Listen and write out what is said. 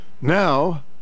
Now